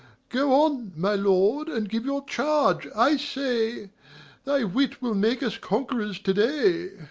go on, my lord, and give your charge, i say thy wit will make us conquerors to-day.